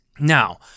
now